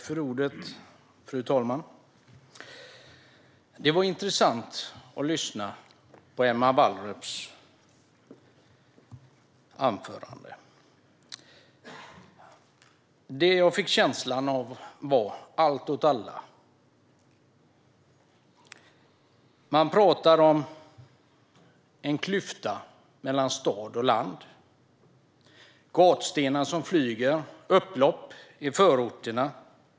Fru talman! Det var intressant att lyssna på Emma Wallrups anförande. Jag fick känslan av allt åt alla. Emma Wallrup talar om en klyfta mellan stad och land, om upplopp i förorterna och gatstenar som flyger.